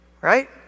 Right